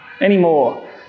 anymore